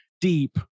deep